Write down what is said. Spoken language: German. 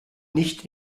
nicht